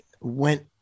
went